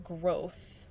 growth